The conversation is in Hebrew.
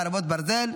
חרבות ברזל),